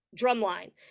drumline